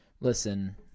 listen